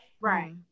Right